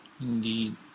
Indeed